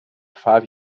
five